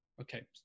Okay